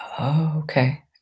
Okay